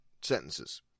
sentences